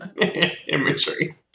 Imagery